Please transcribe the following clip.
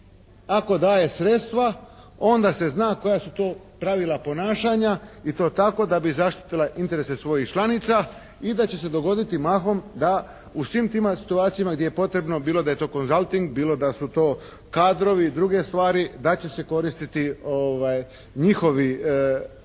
Ako daje sredstva onda se zna koja su to pravila ponašanja i to tako da bi zaštitila interese svojih članica i da će se dogoditi mahom da u svim tim situacijama gdje je potrebno bilo da je to konzalting, bilo da su to kadrovi, druge stvari da će se koristiti njihovi